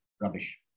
rubbish